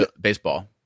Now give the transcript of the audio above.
baseball